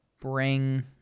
bring